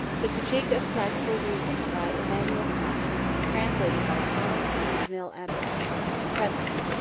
the critique of practical reason by immanuel kant translated by thomas kingsmill abbott preface.